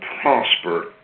prosper